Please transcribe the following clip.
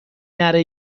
نره